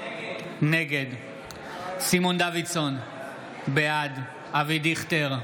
נגד סימון דוידסון, בעד אבי דיכטר,